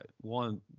One